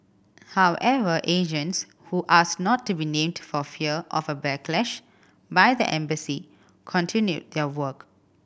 however agents who asked not to be named for fear of a backlash by the embassy continued their work